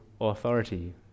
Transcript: authority